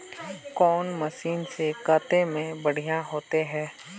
कौन मशीन से कते में बढ़िया होते है?